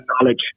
knowledge